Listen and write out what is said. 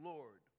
Lord